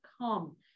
come